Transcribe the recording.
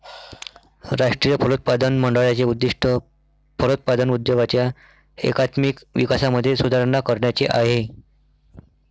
राष्ट्रीय फलोत्पादन मंडळाचे उद्दिष्ट फलोत्पादन उद्योगाच्या एकात्मिक विकासामध्ये सुधारणा करण्याचे आहे